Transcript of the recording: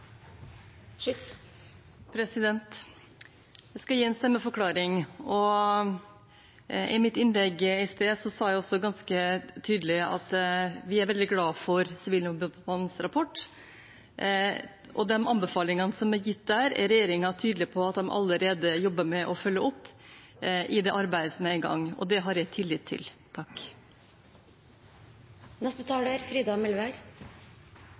Jeg skal gi en stemmeforklaring. I mitt innlegg i sted sa jeg også ganske tydelig at vi er veldig glad for Sivilombudsmannens rapport. De anbefalingene som er gitt der, er regjeringen tydelig på at den allerede jobber med å følge opp i det arbeidet som er i gang, og det har jeg tillit til.